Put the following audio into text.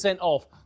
off